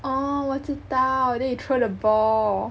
oh 我知道 then you throw the ball